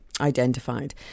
identified